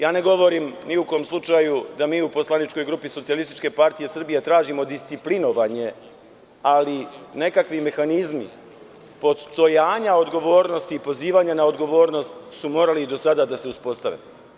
Ne govorim ni u kom slučaju da mi u poslaničkoj grupi SPS tražimo disciplinovanje, ali nekakvi mehanizmi postojanja odgovornosti i pozivanje na odgovornost su morali i do sada da se uspostave.